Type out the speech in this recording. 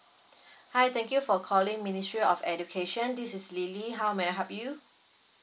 hi thank you for calling ministry of education this is lily how may I help you